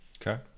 Okay